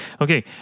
Okay